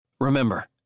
Remember